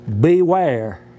Beware